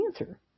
answer